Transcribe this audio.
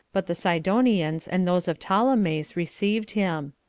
but the sidonians and those of ptolemais received him.